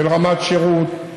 של רמת שירות,